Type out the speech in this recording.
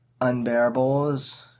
unbearables